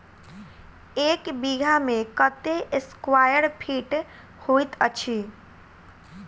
एक बीघा मे कत्ते स्क्वायर फीट होइत अछि?